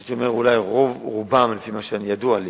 הייתי אומר אולי רוב רובם, לפי מה שידוע לי,